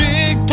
Big